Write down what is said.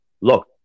look